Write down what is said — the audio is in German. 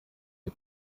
der